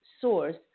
source